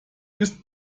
ist